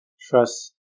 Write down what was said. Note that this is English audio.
Trust